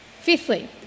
Fifthly